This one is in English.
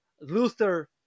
Luther